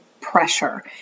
pressure